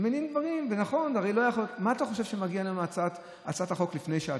מה אתה חושב שמגיע לנו בהצעת החוק לפני שעתיים?